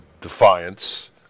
defiance